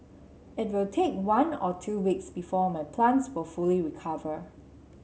it will take one or two weeks before my plants will fully recover